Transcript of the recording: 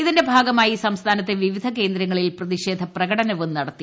ഇതിന്റെ ഭാഗമായി സംസ്ഥാനത്തെ വിവിധ കേന്ദ്രങ്ങളിൽ പ്രതിഷ്ടധി പ്രികടനവും നടത്തി